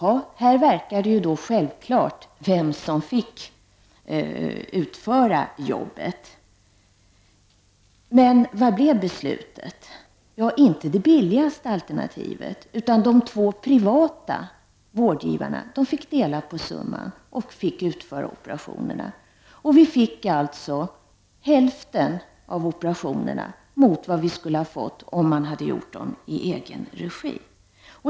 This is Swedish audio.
Det verkar här vara självklart vem som fick utföra jobbet. Men vad blev beslutet? Jo, man valde inte det billigaste alternativet, utan de två privata vårdgivarna fick dela på summan och utföra operationerna. Vi fick alltså hälften av de operationer vi skulle ha fått om operationerna hade utförts i egen regi.